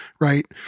right